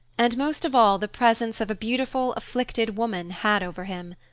and, most of all, the presence of a beautiful, afflicted woman had over him.